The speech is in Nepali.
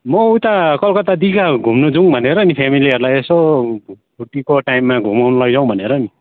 म उता कलकत्ता दिघा घुम्नु जाउँ भनेर नि फेमिलीहरूलाई यसो छुट्टीको टाइममा घुमाउनु लैजाउँ भनेर नि